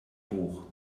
hoch